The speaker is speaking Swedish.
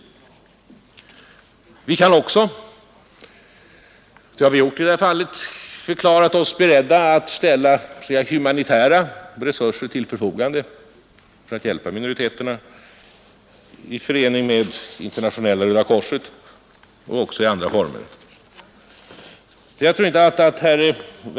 Vi kan också — och det har vi gjort i det här fallet — förklara oss beredda att i förening med Internationella röda korset och även i andra former ställa humanitära resurser till förfogande för att hjälpa minoriteterna.